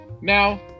now